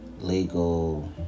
legal